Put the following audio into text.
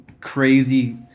crazy